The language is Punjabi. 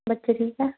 ਬੱਚੇ ਠੀਕ ਆ